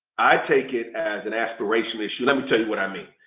i take it as an aspiration issue. let me tell you what i mean.